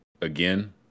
again